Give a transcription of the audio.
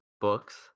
books